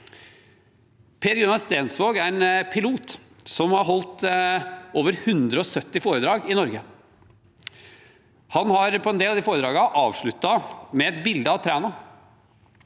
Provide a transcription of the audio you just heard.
Per Gunnar Stensvaag er en pilot som har holdt over 170 foredrag i Norge. Han har på en del av foredragene avsluttet med et bilde av Træna.